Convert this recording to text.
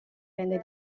rende